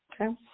Okay